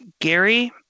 Gary